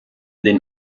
den